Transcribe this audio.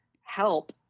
help